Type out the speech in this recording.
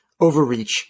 overreach